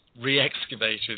re-excavated